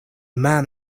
man